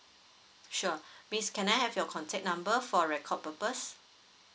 sure miss can I have your contact number for record purpose